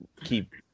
keep